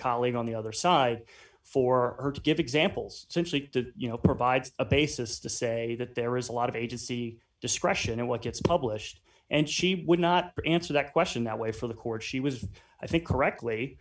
colleagues on the other side for her to give examples simply to you know provide a basis to say that there is a lot of agency discretion and what gets published and she would not answer that question that way for the court she was i think correctly